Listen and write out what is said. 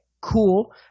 cool